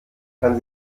kann